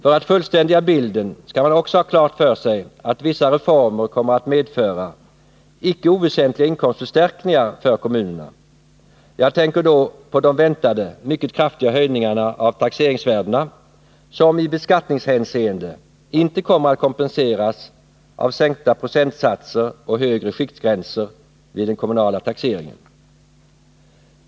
För att fullständiga bilden skall man också ha klart för sig att vissa reformer kommer att medföra icke oväsentliga inkomstförstärkningar för kommunerna. Jag tänker då på de väntade, mycket kraftiga höjningarna av taxeringsvärdena, som i beskattningshänseende inte kommer att kompenseras av sänkta procentsatser och högre skiktgränser vid den kommunala taxeringen.